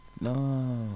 No